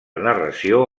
narració